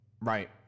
right